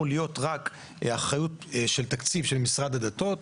להיות רק אחריות של תקציב של משרד הדתות.